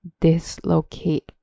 dislocate